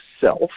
self